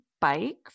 bike